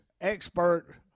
expert